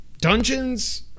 Dungeons